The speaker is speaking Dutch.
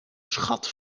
schat